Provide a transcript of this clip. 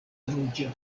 ruĝa